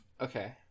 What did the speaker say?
Okay